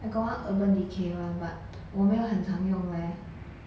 I got one urban decay one but 我没有很常用 leh